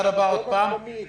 נפנה גם